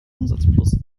umsatzplus